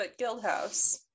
Guildhouse